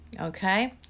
okay